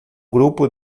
grupo